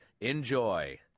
Enjoy